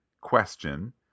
question